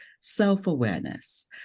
self-awareness